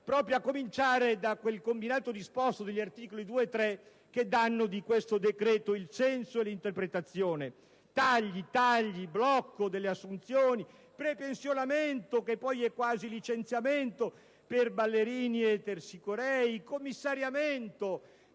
proprio a cominciare da quel combinato disposto degli articoli 2 e 3 che dà di questo decreto il senso e la chiave di interpretazione: tagli e tagli, blocco delle assunzioni, prepensionamento - che poi è quasi un licenziamento - per ballerini e tersicorei, commissariamento